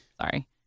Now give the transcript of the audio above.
sorry